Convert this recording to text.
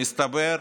לכם